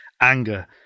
anger